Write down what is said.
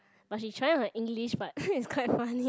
but she trying with her English but it's quite funny